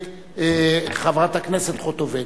חברת הכנסת חוטובלי.